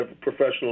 professional